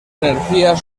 energías